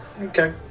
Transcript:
okay